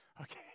okay